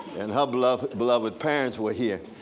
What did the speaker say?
and her beloved beloved parents were here.